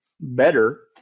better